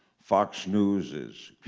fox news is